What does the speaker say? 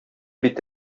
бит